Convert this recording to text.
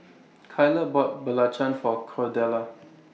Kyler bought Belacan For Cordella